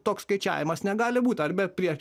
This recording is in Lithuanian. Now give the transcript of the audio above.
toks skaičiavimas negali būt arba prie